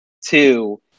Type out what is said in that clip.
Two